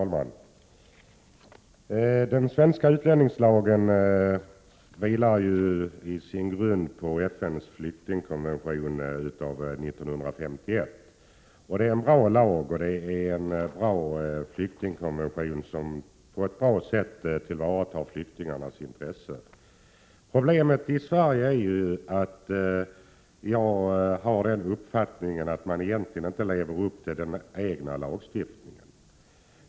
Fru talman! Den svenska utlänningslagen vilar ju på FN:s flyktingkonventionen av 1951. Det är en bra lag och en bra flyktingkonvention som på ett riktigt sätt tillvaratar flyktingarnas intressen. Problemet i Sverige, som jag uppfattar det, är att man inte lever upp till den egna lagstiftningen.